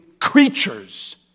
creatures